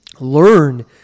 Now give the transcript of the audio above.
Learn